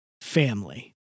family